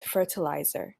fertilizer